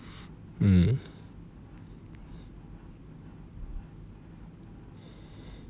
mm